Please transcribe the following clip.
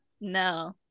No